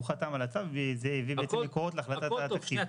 הוא חתם על הצו וזה הביא בעצם מקורות להחלטת התקציב,